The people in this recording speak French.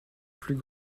plus